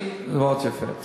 טוב.